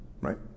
right